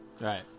Right